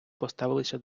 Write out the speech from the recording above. поставилися